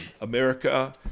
America